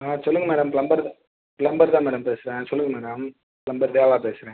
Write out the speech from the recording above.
ஆ சொல்லுங்கள் madam plumber தான் plumber தான் மேடம் பேசுகிறேன் சொல்லுங்கள் மேடம் ப்ளம்பர் தேவா பேசுகிறேன்